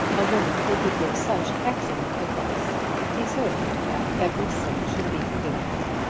a woman who could give such excellent advice deserved that every sin should be forgiven her.